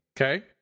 Okay